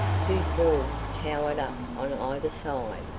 whose walls towered up on either side,